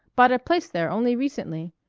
bought a place there only recently.